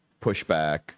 pushback